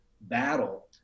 battle